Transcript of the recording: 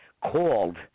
called